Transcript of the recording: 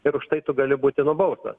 ir už tai tu gali būti nubaustas